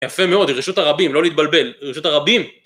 יפה מאוד, זה רשות הרבים, לא להתבלבל, רשות הרבים!